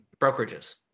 brokerages